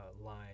line